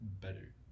better